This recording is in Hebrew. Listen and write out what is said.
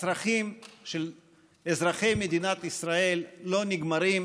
הצרכים של אזרחי מדינת ישראל לא נגמרים